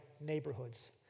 neighborhoods